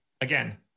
again